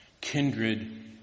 kindred